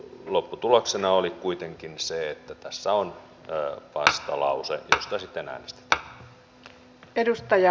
lopputuloksena oli kuitenkin se että tässä on vastalause josta sitten äänestetään